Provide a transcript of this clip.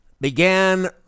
began